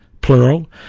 plural